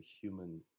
human